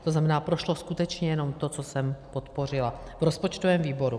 To znamená, prošlo skutečně jenom to, co jsem podpořila v rozpočtovém výboru.